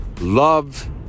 love